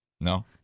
No